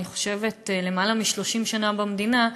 אני חושבת למעלה מ-30 שנה במדינה,